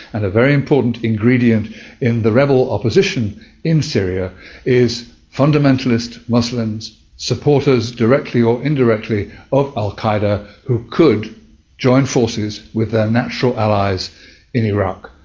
and a very important ingredient in the rebel opposition in syria is fundamentalist muslims, supporters directly or indirectly of al qaeda, who could join forces with their natural allies in iraq.